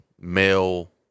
male